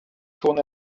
tourné